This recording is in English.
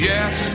Yes